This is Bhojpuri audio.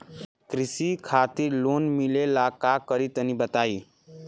कृषि खातिर लोन मिले ला का करि तनि बताई?